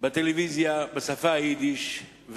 בטלוויזיה ביידיש,